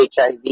HIV